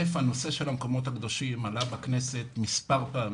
הנושא של המקומות הקדושים עלה בכנסת מספר פעמים.